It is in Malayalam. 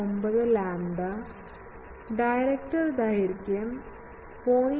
49 ലാംഡ ഡയറക്ടർ ദൈർഘ്യം 0